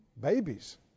Babies